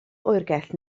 oergell